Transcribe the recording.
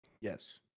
Yes